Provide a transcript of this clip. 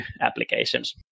applications